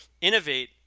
innovate